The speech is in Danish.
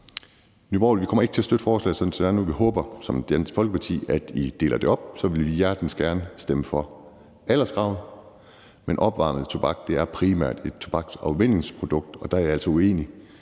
Nye Borgerlige kommer ikke til at støtte forslaget, som det er nu. Vi håber ligesom Dansk Folkeparti, at I deler det op, for så vil vi hjertens gerne stemme for alderskravet. Men opvarmet tobak er primært et tobaksafvænningsprodukt, og der er jeg altså uenig.